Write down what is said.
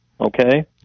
okay